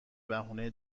بهونه